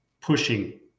pushing